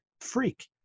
freak